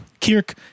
Kirk